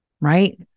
right